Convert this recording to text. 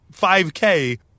5K